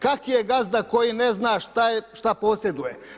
Kaki je gazda koji ne zna šta posjeduje.